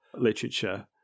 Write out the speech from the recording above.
literature